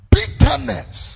Bitterness